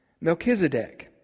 Melchizedek